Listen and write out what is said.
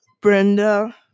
Brenda